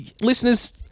Listeners